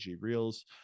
reels